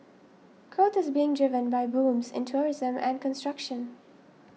growth is being driven by booms in tourism and construction